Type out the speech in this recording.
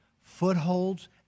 footholds